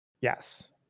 Yes